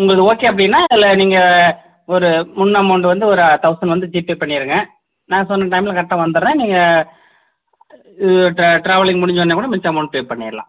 உங்களுக்கு ஓகே அப்படின்னா அதில் நீங்கள் ஒரு முன் அமௌண்ட் வந்து ஒரு தௌசண்ட் வந்து ஜிபே பண்ணிடுங்க நான் சொன்ன டைமில் கரெக்டாக வந்துறேன் நீங்கள் டிராவலிங் முடிஞ்சொன்னே கூட மிச்ச அமௌண்ட் பே பண்ணிடலாம்